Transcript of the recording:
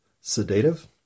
sedative